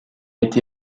été